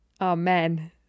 Amen